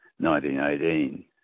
1918